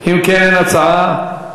אם כן, אין הצעה.